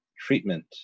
treatment